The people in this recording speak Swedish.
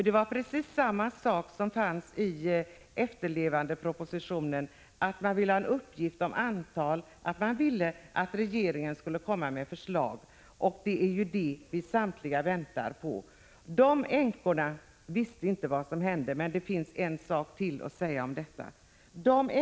Det var precis samma sak som fanns i efterlevandepensionspropositionen. Man ville ha en uppgift om antalet och att regeringen skulle komma med förslag. Det är ju detta vi samtliga väntar på nu. De änkor det här gäller visste inte vad som hände. Det finns en sak till att säga om detta.